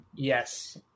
Yes